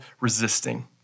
resisting